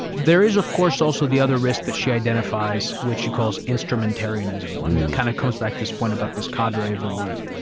there is, of course, also the other risk that she identifies, which she calls instrumentarianism, and it kind of comes back to this point about this cadre of elite.